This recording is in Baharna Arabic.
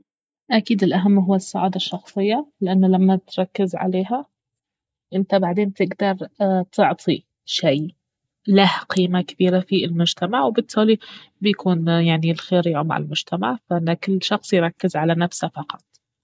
اكيد الأهم اهو السعادة الشخصية لان لما تركز عليها انت بعدين تقدر تعطي شي له قيمة كبيرة في المجتمع وبالتالي بيكون يعني الخير يعم على المجتمع فانه كل شخص يركز على نفسه فقط